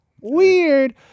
Weird